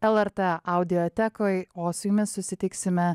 lrt audiotekoj o su jumis susitiksime